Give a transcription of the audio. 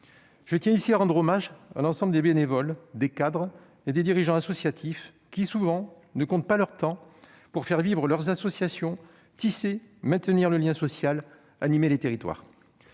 Je tiens ici à rendre hommage à l'ensemble des bénévoles, des cadres et des dirigeants associatifs, qui, souvent, ne comptent pas leur temps pour faire vivre leurs associations, tisser, maintenir le lien social, animer les territoires.